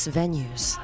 venues